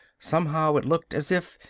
somehow, it looked as if,